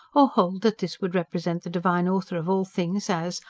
or hold that this would represent the divine author of all things as,